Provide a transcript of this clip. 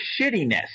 shittiness